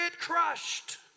crushed